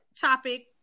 topic